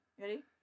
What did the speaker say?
Ready